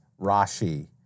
Rashi